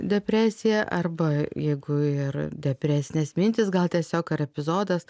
depresija arba jeigu ir depresinės mintys gal tiesiog ar epizodas